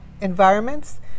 environments